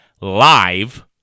live